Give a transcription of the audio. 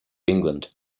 england